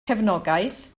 cefnogaeth